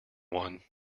one